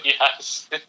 Yes